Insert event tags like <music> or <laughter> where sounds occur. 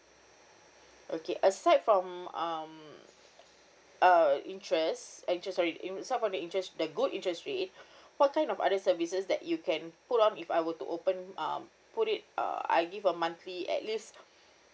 okay aside from um uh interest actually sorry in~ so for the interest the good interest rate <breath> what kind of other services that you can put on if I were to open um put it uh I give a monthly at least